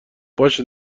باشه